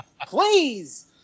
please